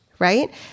Right